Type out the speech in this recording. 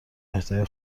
اهدای